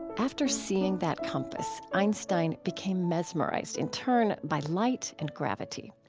after seeing that compass, einstein became mesmerized in turn by light and gravity.